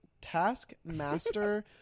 Taskmaster